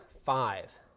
five